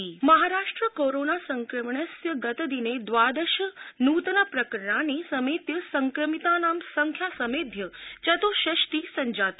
Maharashtra Maharashtra corona संक्रमणस्य गतदिने द्वादश नूतन प्रकणानि समेत्य संक्रमितानां संख्या समेध्य चत्ःषष्टिः संजाता